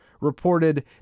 reported